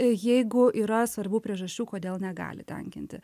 jeigu yra svarbių priežasčių kodėl negali tenkinti